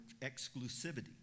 exclusivity